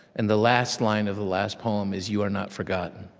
and the last line of the last poem is, you are not forgotten.